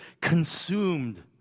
consumed